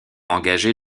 engagé